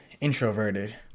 introverted